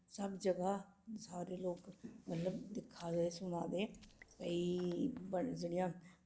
सब जगह् सारे लोक मतलब दिक्खा दे सुना दे भई बड़ी जेह्ड़ियां